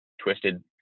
twisted